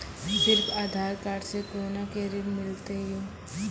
सिर्फ आधार कार्ड से कोना के ऋण मिलते यो?